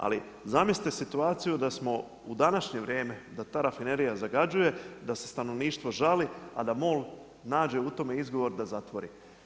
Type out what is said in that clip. Ali zamislite situaciju da smo u današnje vrijeme da ta rafinerija zagađuje, da se stanovništvo žali, a da MOL nađe u tome izgovor da zatvori.